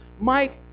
Mike